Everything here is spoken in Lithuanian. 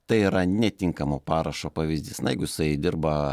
tai yra netinkamo parašo pavyzdys na jeigu jisai dirba